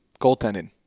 goaltending